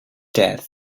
death